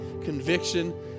Conviction